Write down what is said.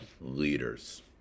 leaders